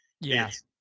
yes